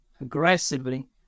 aggressively